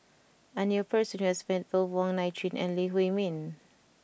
I knew a person who has met both Wong Nai Chin and Lee Huei Min